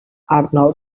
arnold